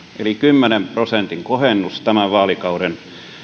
eli on kymmenen prosentin kohennus tämän vaalikauden